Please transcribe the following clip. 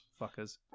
Fuckers